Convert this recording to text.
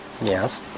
Yes